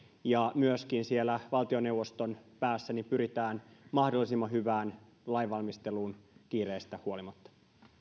ja myöskin siellä valtioneuvoston päässä pyritään mahdollisimman hyvään lainvalmisteluun kiireestä huolimatta